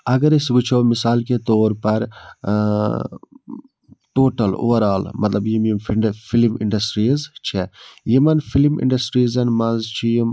اگر أسۍ وُچھو مِثال کے طور پَر ٹوٹَل اووَر آل مطلب یِم یِم فِلِم اِنڈسٹریٖز چھےٚ یِمَن فِلِم اِنڈَسٹریٖزَن منٛز چھِ یِم